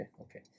okay